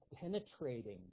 penetrating